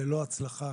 ללא הצלחה.